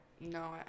No